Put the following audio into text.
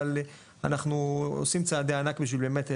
אבל אנחנו עושים צעדי ענק בשביל באמת,